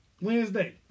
Wednesday